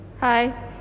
Hi